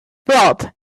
brought